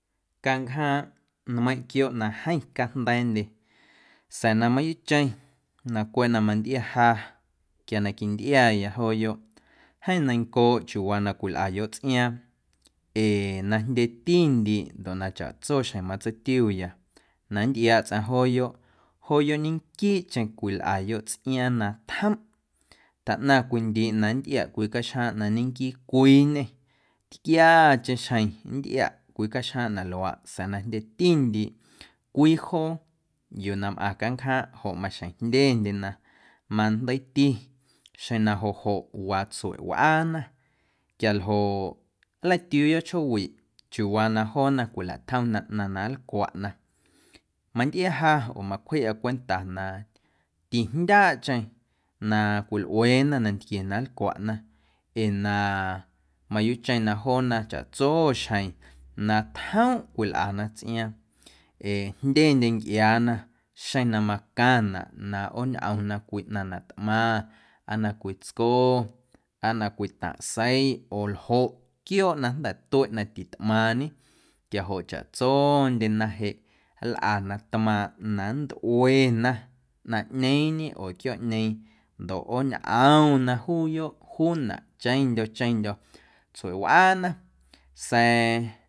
Canjaaⁿꞌ nmeiⁿꞌ quiooꞌ na jeeⁿ canjnda̱a̱ndye sa̱a̱ na mayuuꞌcheⁿ na cweꞌ na mantꞌia ja quia na quintꞌiaya jooyoꞌ jeeⁿ neiⁿncooꞌ chiuuwaa na cwilꞌayoꞌ tsꞌiaaⁿ ee na jndyetindiiꞌ ndoꞌ na chaꞌtso xjeⁿ matseitiuya na nntꞌiaaꞌ tsꞌaⁿ jooyoꞌ, jooyoꞌ ñequiiꞌcheⁿ cwilꞌayoꞌ tsꞌiaaⁿ na tjomꞌ taꞌnaⁿ cwii ndiiꞌ na nntꞌiaꞌ cwii caxjaaⁿꞌ na ñenquiicwiiñê tquiacheⁿ xjeⁿ nntꞌiaꞌ cwii caxjaaⁿꞌ na laaꞌ sa̱a̱ na jndyetindiiꞌ cwii joo yuu na mꞌaⁿ canjaaⁿꞌ joꞌ maxjeⁿ jndyendyena majndeiiti xeⁿ na joꞌ joꞌ waa tsueꞌwꞌaana quialjoꞌ nlatiuuya chjoowiꞌ chiuuwaa na joona cwilatjomna ꞌnaⁿ na nlcwaꞌna mantꞌia ja oo macwjiꞌa cwenta na tijndyaaꞌcheⁿ na cwilꞌueena nantquie na nlcwaꞌna ee na mayuuꞌcheⁿ na joona chaꞌtso xjeⁿ na tjomꞌ cwilꞌana tsꞌiaaⁿ ee jndyendye ncꞌiaana xeⁿ na macaⁿnaꞌ na ꞌooñꞌomna cwii ꞌnaⁿ na tꞌmaⁿ aa na cwii tsco aa na cwii taⁿꞌ seiꞌ oo ljoꞌ quiooꞌ na jnda̱ tueꞌ na titꞌmaaⁿñe quiajoꞌ chaꞌtsondyena jeꞌ nlꞌana tmaaⁿꞌ na nntꞌuena 'naaⁿñeeⁿñe oo quiooꞌñeeⁿ ndoꞌ ꞌooñꞌomna juuyoꞌ juunaꞌ cheⁿndyo̱ cheⁿndyo̱ tsueꞌwꞌaana sa̱a̱.